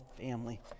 family